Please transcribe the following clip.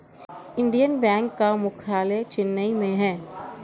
Indian Bank का मुख्यालय चेन्नई में है